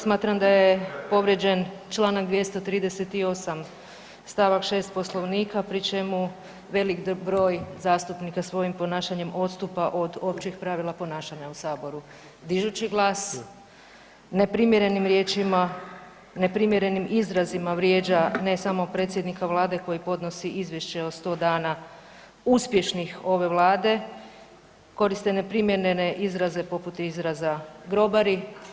Smatram da je povrijeđen Članak 238. stavak 6. Poslovnika pri čemu velik broj zastupnika svojim ponašanjem odstupa od općih pravila ponašanja u saboru, dižući glas, neprimjerenim riječima, neprimjerenim izrazima vrijeđa ne samo predsjednika Vlade koji podnosi izvješće o 100 dana uspješnih ove Vlade, koriste neprimjerene izraze poput izraza grobari…